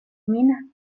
min